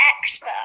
expert